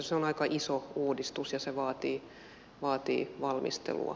se on aika iso uudistus ja se vaatii valmistelua